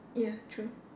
ya true